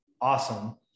awesome